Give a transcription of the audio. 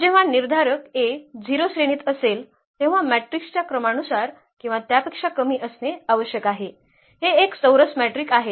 तर जेव्हा निर्धारक A 0 श्रेणीत असेल तेव्हा मॅट्रिक्स च्या क्रमानुसार किंवा त्यापेक्षा कमी असणे आवश्यक आहे हे एक चौरस मॅट्रिक्स आहे